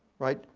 right?